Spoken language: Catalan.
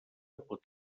pot